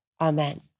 Amen